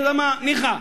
אתה יודע מה, ניחא.